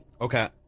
Okay